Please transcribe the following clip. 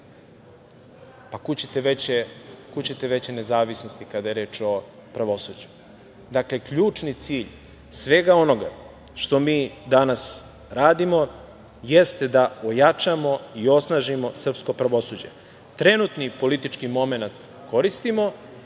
Kud ćete veće nezavisnosti kada je reč o pravosuđu. Dakle, ključni cilj svega onoga što mi danas radimo jeste da ojačamo i osnažimo srpsko pravosuđe. Trenutni politički momenat koristimo